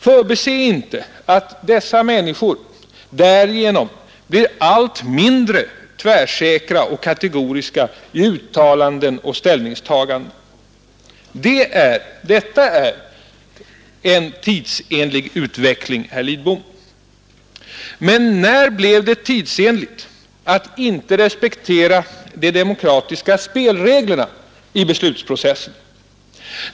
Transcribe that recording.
Förbise inte att människorna därigenom blir allt mindre tvärsäkra och kategoriska i uttalanden och ställningstaganden. Detta är en tidsenlig utveckling, herr Lidbom. När blev det vidare tidsenligt att inte respektera de demokratiska spelreglerna i beslutsprocessen?